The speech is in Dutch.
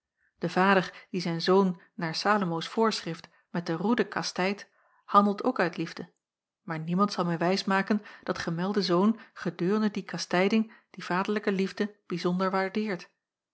de vader die zijn zoon naar salomoos voorschrift met de roede kastijdt handelt ook uit liefde maar niemand zal mij wijsmaken dat gemelde zoon gedurende die kastijding die vaderlijke liefde bijzonder waardeert